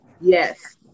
yes